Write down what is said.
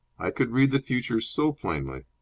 i could read the future so plainly.